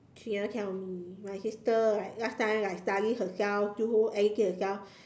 she never tell me my sister like last time like study herself do everything herself